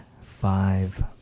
five